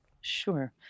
Sure